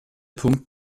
punkt